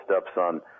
stepson